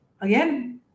Again